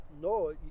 no